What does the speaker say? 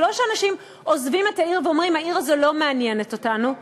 זה לא שאנשים עוזבים את העיר ואומרים: העיר הזו לא מעניינת אותנו.